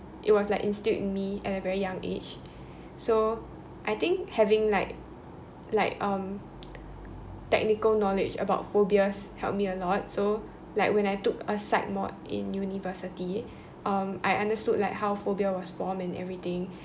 it was like instilled in me at a very young age so I think having like like um technical knowledge about phobias help me a lot so like when I took a psych mod in university um I understood like how phobias was formed and everything